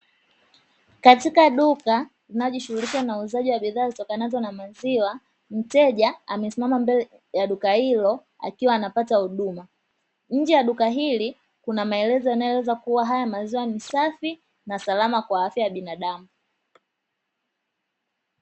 Katika duka linalojishughulisha na uuzaji wa bidhaa zitokanazo na maziwa, mteja amesimama mbele ya duka hilo akiwa anapata huduma, nje ya duka hili kuna maelezo yanayoeleza kuwa haya maziwa ni safi, na salama kwa afya ya binadamu.